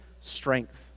strength